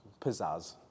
pizzazz